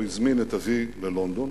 והוא הזמין את אבי ללונדון.